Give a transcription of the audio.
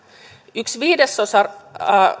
yksi viidesosa